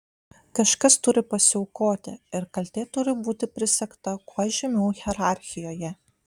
kažkas turi pasiaukoti ir kaltė turi būti prisegta kuo žemiau hierarchijoje